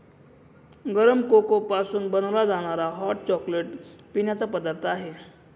गरम कोको पासून बनवला जाणारा हॉट चॉकलेट पिण्याचा पदार्थ आहे